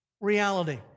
reality